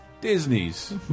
Disney's